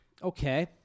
Okay